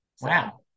Wow